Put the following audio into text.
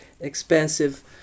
expensive